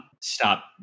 stop